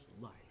life